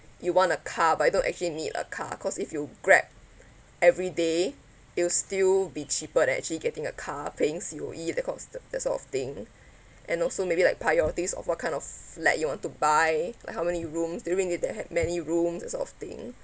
you want a car but you don't actually need a car cause if you grab everyday it will still be cheaper than actually getting a car paying C_O_E that sort of that sort of thing and also maybe like priorities of what kind of flat you want to buy like how many rooms do you need to have many rooms that sort of thing